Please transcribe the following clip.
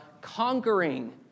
conquering